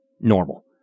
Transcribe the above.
normal